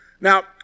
Now